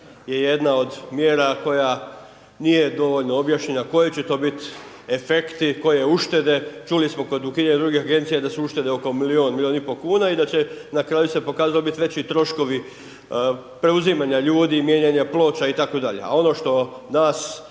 je jedna od mjera koja, nije dovoljno objašnjenja, koji će to biti efekti, koje uštede, čuli smo kod ukidanja drugih Agencija da su uštede oko milijun, milijun i pol kuna, i da će na kraju se pokazalo biti veći troškovi preuzimanja ljudi, mijenjanja ploča i tako dalje, a ono što nas,